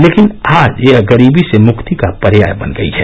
लेकिन आज यह गरीबी से मुक्ति का पर्याय बन गई है